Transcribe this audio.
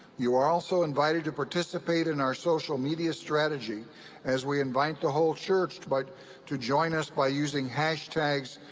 you are also invited to participate in our social media strategy as we invite the whole church to but to join us by using hashtags